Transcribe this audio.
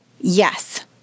Yes